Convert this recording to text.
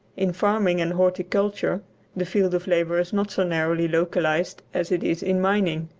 in farming and horticulture the field of labour is not so narrowly localised as it is in mining.